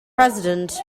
president